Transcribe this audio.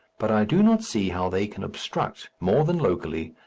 but i do not see how they can obstruct, more than locally,